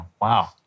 wow